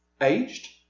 Aged